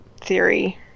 theory